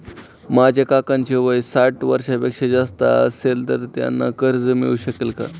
माझ्या काकांचे वय साठ वर्षांपेक्षा जास्त असेल तर त्यांना कर्ज मिळू शकेल का?